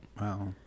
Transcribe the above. Wow